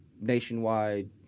nationwide